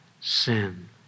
sin